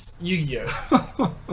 Yu-Gi-Oh